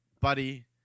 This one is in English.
buddy